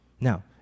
Now